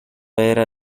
era